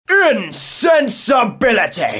Insensibility